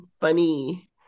funny